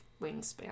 Wingspan